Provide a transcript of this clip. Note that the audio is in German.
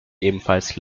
ebenfalls